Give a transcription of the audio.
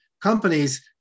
companies